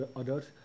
others